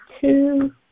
two